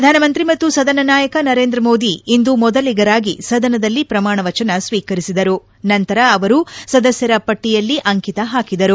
ಪ್ರಧಾನಮಂತ್ರಿ ಮತ್ತು ಸದನ ನಾಯಕ ನರೇಂದ್ರ ಮೋದಿ ಇಂದು ಮೊದಲಿಗರಾಗಿ ಸದನದಲ್ಲಿ ಪ್ರಮಾಣ ವಚನ ಸ್ವೀಕರಿಸಿದರು ನಂತರ ಅವರು ಸದಸ್ಥರ ಪಟ್ಟಿಯಲ್ಲಿ ಅಂಕಿತ ಹಾಕಿದರು